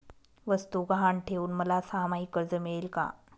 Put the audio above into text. वस्तू गहाण ठेवून मला सहामाही कर्ज मिळेल का?